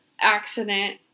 accident